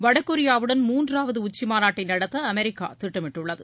வடகொரியாவுடன் மூன்றாவது உச்சிமாநாட்டை நடத்த அமெரிக்க திட்டமிட்டுள்ளது